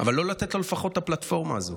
אבל לפחות לא לתת לו את הפלטפורמה הזאת.